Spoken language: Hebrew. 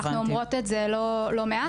אנחנו אומרות את זה לא מעט.